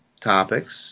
topics